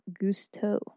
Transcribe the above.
gusto